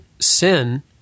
sin